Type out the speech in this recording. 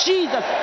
Jesus